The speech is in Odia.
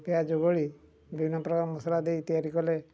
ପିଆଜ ଗୋଳି ବିଭିନ୍ନ ପ୍ରକାର ମସଲା ଦେଇ ତିଆରି କଲେ